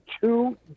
two